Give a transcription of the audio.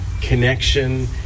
connection